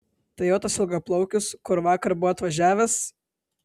tai jo tas ilgaplaukis kur vakar buvo atvažiavęs